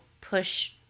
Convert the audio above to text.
push